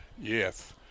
Yes